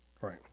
Right